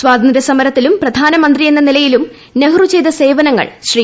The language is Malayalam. സ്വാതന്ത്ര്യ സമരത്തിലും പ്രധാനമന്ത്രിയെന്ന നിലയിലും നെഹ്റു ചെയ്ത സേവനങ്ങൾ ശ്രീ